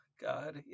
god